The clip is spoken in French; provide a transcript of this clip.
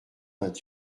vingt